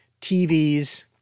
TVs